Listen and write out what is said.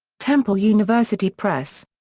temple university press.